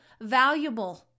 valuable